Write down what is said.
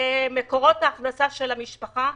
ומקורות ההכנסה של המשפחה,